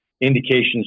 indications